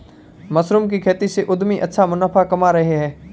mushroom की खेती से उद्यमी अच्छा मुनाफा कमा रहे हैं